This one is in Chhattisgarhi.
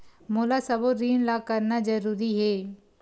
मोला सबो ऋण ला करना जरूरी हे?